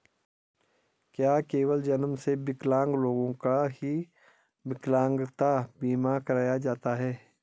क्या केवल जन्म से विकलांग लोगों का ही विकलांगता बीमा कराया जाता है?